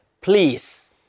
please